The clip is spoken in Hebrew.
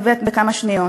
באמת בכמה שניות.